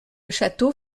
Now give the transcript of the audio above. château